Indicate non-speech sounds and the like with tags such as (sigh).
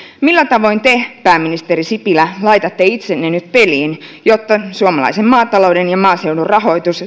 millä tavoin te pääministeri sipilä laitatte itsenne nyt peliin jotta suomalaisen maatalouden ja maaseudun rahoitus (unintelligible)